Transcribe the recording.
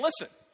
listen